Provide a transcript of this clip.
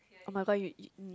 oh my god you you